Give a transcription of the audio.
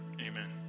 amen